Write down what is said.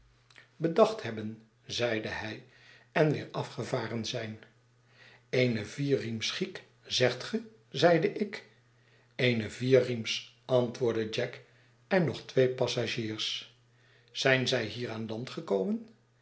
bedacht hebben zeide hij en weer afgevaren zijn eene vierriems giek zegt ge zeide ik eene vierriems antwoordde jack en nog twee passagiers zijn zij hier aan land gekomen